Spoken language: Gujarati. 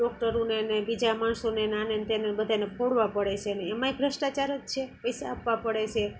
ડોક્ટરોને અને બીજા માણસોને આને ને તેને બધાને ફોડવા પડે છે ને એમાંય ભ્રષ્ટાચાર જ છે પૈસા આપવા પડે છે